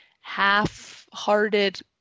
half-hearted